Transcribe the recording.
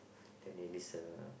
then they listen ah